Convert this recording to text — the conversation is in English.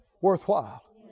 worthwhile